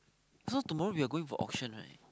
so tomorrow we are going for auction right